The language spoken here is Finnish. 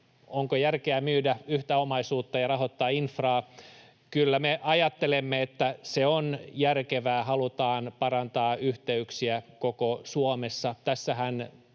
onko järkeä myydä yhtä omaisuutta ja rahoittaa infraa. Kyllä me ajattelemme, että se on järkevää. Halutaan parantaa yhteyksiä koko Suomessa.